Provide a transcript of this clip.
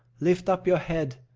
lift up your head,